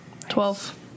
Twelve